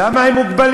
כי הם מוגבלים.